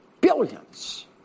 billions